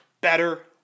better